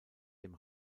dem